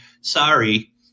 Sorry